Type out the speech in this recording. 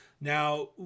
Now